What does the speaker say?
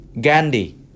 Gandhi